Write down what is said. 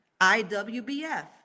IWBF